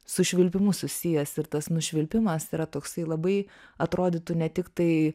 su švilpimu susijęs ir tas nušvilpimas yra toksai labai atrodytų ne tik tai